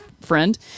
friend